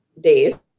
days